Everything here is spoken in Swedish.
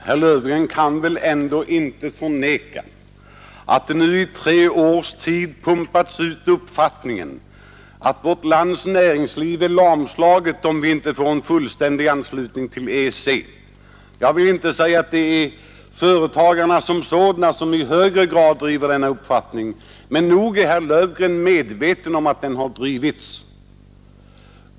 Fru talman! Herr Löfgren kan väl ändå inte förneka att man nu i tre års tid pumpat ut uppfattningen att vårt lands näringsliv är lamslaget, om vi inte får en fullständig anslutning till EEC. Jag vill inte säga att det är företagarna som sådana som i högre grad driver denna uppfattning, men nog är herr Löfgren medveten om att den har drivits.